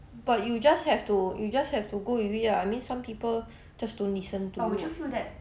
but you just have to you just have to go with it ah I mean some people just don't listen to